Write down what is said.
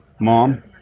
Mom